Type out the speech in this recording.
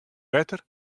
wetter